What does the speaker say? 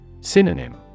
Synonym